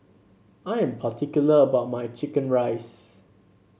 I am particular about my chicken rice